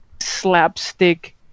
slapstick